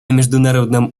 международном